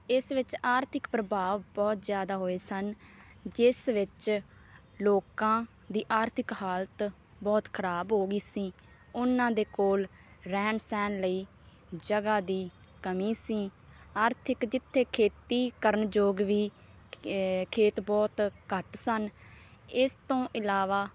ਇਸ ਵਿੱਚ ਆਰਥਿਕ ਪ੍ਰਭਾਵ ਬਹੁਤ ਜ਼ਿਆਦਾ ਹੋਏ ਸਨ ਜਿਸ ਵਿੱਚ ਲੋਕਾਂ ਦੀ ਆਰਥਿਕ ਹਾਲਤ ਬਹੁਤ ਖਰਾਬ ਹੋ ਗਈ ਸੀ ਉਨ੍ਹਾਂ ਦੇ ਕੋਲ ਰਹਿਣ ਸਹਿਣ ਲਈ ਜਗ੍ਹਾ ਦੀ ਕਮੀ ਸੀ ਆਰਥਿਕ ਜਿੱਥੇ ਖੇਤੀ ਕਰਨ ਯੋਗ ਵੀ ਖੇਤ ਬਹੁਤ ਘੱਟ ਸਨ ਇਸ ਤੋਂ ਇਲਾਵਾ